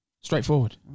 Straightforward